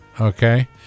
okay